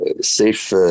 safe